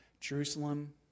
Jerusalem